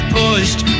pushed